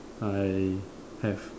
I have